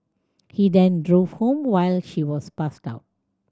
he then drove home while she was passed out